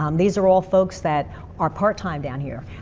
um these are all folks that are part time down here.